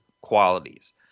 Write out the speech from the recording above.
qualities